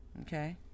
Okay